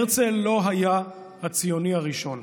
הרצל לא היה הציוני הראשון.